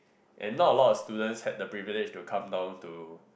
and not a lot of students had the privilege to come down to